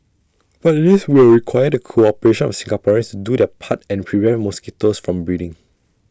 but this will require the cooperation of Singaporeans do their part and prevent mosquitoes from breeding